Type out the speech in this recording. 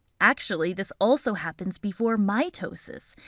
actually, this also happens before mitosis.